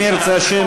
אם ירצה השם,